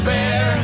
Bear